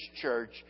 church